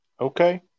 Okay